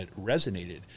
resonated